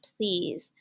please